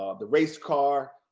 ah the race car,